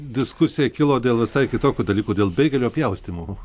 diskusija kilo dėl visai kitokių dalykų dėl beigelio pjaustymo